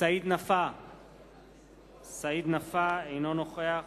סעיד נפאע, אינו נוכח